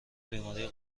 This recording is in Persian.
بیماری